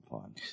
fun